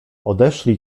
odeszli